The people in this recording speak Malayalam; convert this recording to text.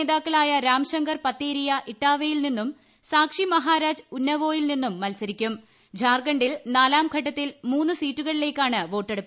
നേതാക്കളായ രാംശങ്കർ പത്തേരിയ ഇട്ടാവയിൽ നിന്നും സാക്ഷി മഹാരാജ് ഉന്നവോയിൽ നിന്നും മത്സരിക്കും ത്ധാർഖണ്ഡിൽ നാലം ഘട്ടത്തിൽ മൂന്ന് സീറ്റുകളിലേക്കാണ് വോട്ടെടുപ്പ്